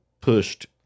pushed